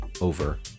over